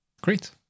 Great